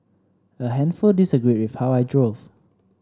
a handful disagreed with how I drove